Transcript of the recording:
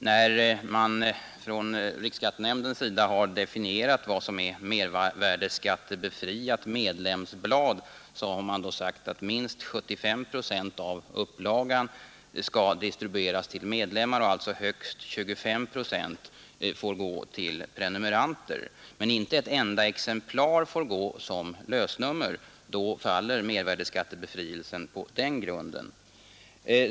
När riksskattenämnden har definierat vad som är mervärdeskattebefriat medlemsblad har man sagt att minst 75 procent av upplagan skall distribueras till medlemmar. Högst 25 procent får alltså gå till prenumeranter, men inte ett enda exemplar får säljas som lösnummer; då faller mervärdeskattebefrielsen på den grunden.